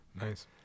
Nice